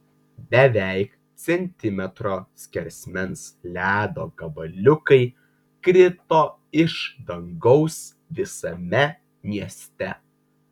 beveik centimetro skersmens ledo gabaliukai krito iš dangaus visame mieste